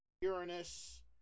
Uranus